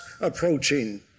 approaching